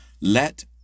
Let